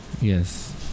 Yes